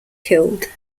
killed